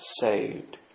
saved